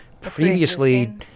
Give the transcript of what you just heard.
previously